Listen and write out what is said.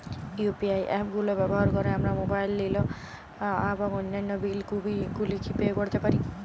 UPI app গুলো ব্যবহার করে আমরা মোবাইল নিল এবং অন্যান্য বিল গুলি পে করতে পারি